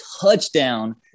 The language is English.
touchdown